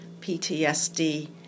PTSD